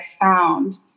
found